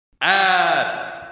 Ask